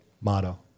motto